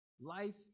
Life